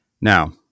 Now